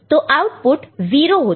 तो आउटपुट 0 होता